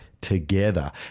together